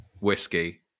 whiskey